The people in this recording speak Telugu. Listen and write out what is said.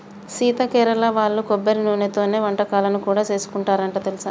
సీత కేరళ వాళ్ళు కొబ్బరి నూనెతోనే వంటకాలను కూడా సేసుకుంటారంట తెలుసా